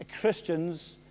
Christians